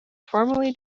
formally